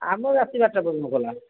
ଆମେ ରାତି ବାରଟା ପର୍ଯ୍ୟନ୍ତ ଖୋଲା